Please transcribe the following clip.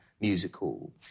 musical